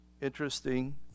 interesting